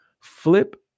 Flip